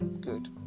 good